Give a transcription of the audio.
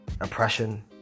oppression